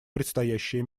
предстоящие